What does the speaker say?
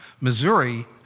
Missouri